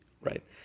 right